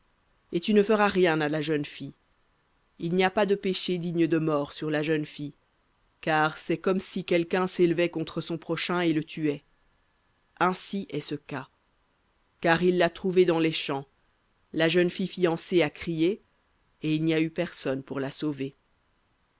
et tu ne feras rien à la jeune fille il n'y a pas de péché digne de mort sur la jeune fille car c'est comme si quelqu'un s'élevait contre son prochain et le tuait ainsi est ce cas car il l'a trouvée dans les champs la jeune fille fiancée a crié et il n'y a eu